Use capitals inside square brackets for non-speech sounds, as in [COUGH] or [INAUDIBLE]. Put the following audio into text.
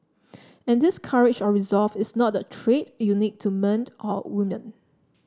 and this courage or resolve is not a trait unique to men [UNINTELLIGIBLE] or woman